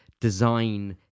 design